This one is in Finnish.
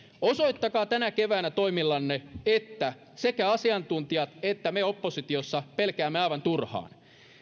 osoittakaa tänä keväänä toimillanne että sekä asiantuntijat että me oppositiossa pelkäämme aivan turhaan